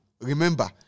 Remember